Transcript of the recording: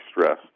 stress